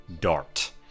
dart